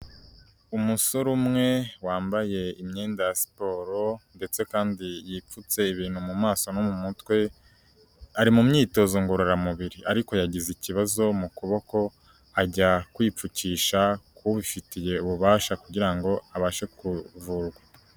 Umusore umwe wambaye imyenda ya siporo ndetse kandi yipfutse ibintu mu maso no mu mutwe. Ari mu myitozo ngororamubiri ariko yagize ikibazo mu kuboko, ajya kwipfukisha k'ubifitiye ububasha kugira ngo abashe kuvurwa.